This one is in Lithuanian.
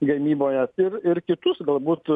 gamyboje ir ir kitus galbūt